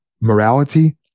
morality